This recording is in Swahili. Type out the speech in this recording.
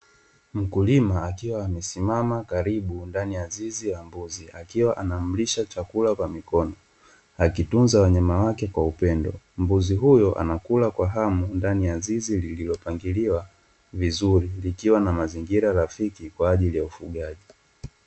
Mkulima akiwa amesimama karibu ndani ya zizi la mbuzi, akiwa anamlisha chakula kwa mikono, akitunza wanyama wake kwa upendo. Mbuzi huyu anakula kwa hamu, ndani ya zizi liliopangiliwa vizuri, likiwa na mazingira rafiki kwa ajili ya ufugaji.